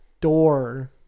door